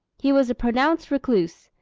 he was a pronounced recluse,